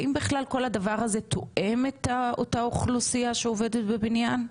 האם בכלל כל הדבר הזה תואם את אותה אוכלוסייה שעובדת בבניין?